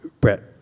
Brett